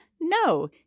No